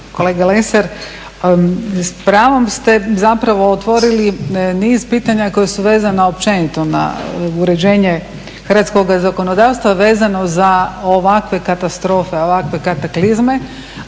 Kolega Lesar, s pravom ste zapravo otvorili niz pitanja koja su vezana općenito na uređenje hrvatskoga zakonodavstva vezano za ovakve katastrofe, ovakve kataklizme